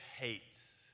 hates